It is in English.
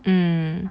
mm